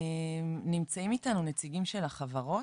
נמצאים איתנו נציגים של החברות,